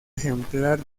ejemplar